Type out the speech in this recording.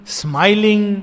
smiling